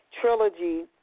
Trilogy